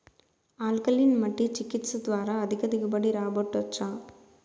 alkaline మట్టి చికిత్స ద్వారా అధిక దిగుబడి రాబట్టొచ్చా